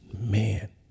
man